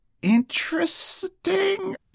interesting